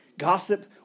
Gossip